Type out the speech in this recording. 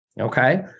Okay